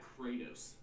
Kratos